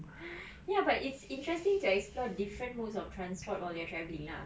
ya but it's interesting to explore different modes of transport all your travelling lah